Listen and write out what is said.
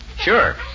Sure